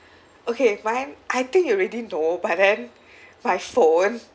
okay mine I think you already know but then my phone